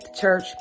Church